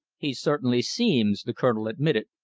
he certainly seems, the colonel admitted,